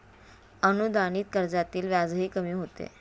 अनुदानित कर्जातील व्याजही कमी होते